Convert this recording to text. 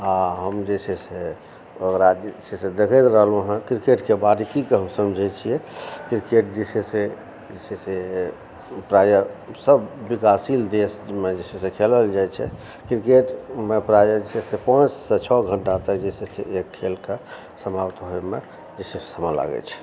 आओर हम जे छै से ओकरा जे छै से देखैत रहलहुँ हम क्रिकेटके बारीकीके समझै छियै क्रिकेट जे छै से जे छै से प्रायः सब विकासशील देशमे जे छै से खेलल जाइत छै क्रिकेटमे प्रायः जे छै से पाँच सँ छह घण्टा जे छै से एक खेलकऽ समाप्त होइमे जे छै से समय लागै छै